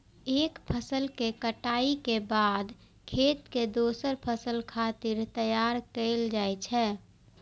एक फसल के कटाइ के बाद खेत कें दोसर फसल खातिर तैयार कैल जाइ छै